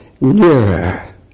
nearer